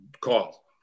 call